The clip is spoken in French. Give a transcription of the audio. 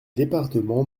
départements